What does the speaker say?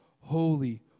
Holy